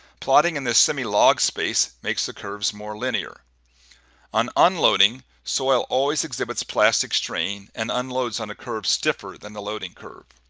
plotting in this semi-log space makes the curves more linear on unloading soil always exhibits plastic strain and unloads on a curve stiffer than the loading curve